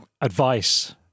advice